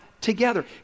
together